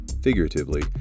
figuratively